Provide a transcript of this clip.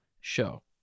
show